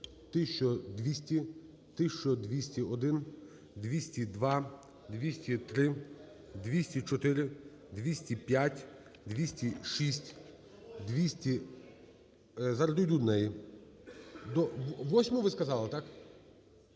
1200. 1201. 202. 203. 204. 205. 206. Зараз дійду до неї. Восьму, ви сказали, так?